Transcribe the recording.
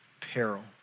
peril